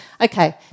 Okay